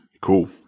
Cool